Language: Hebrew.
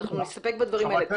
נסתפק בדברים האלה.